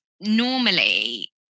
normally